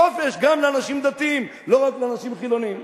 חופש גם לאנשים דתיים, לא רק לאנשים חילונים.